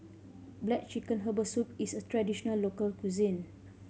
black chicken herbal soup is a traditional local cuisine